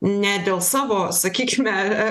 ne dėl savo sakykime